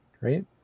right